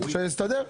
שיסתדר.